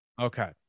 Okay